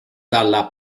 dalla